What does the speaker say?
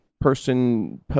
person